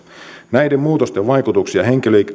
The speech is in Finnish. näiden muutosten vaikutuksia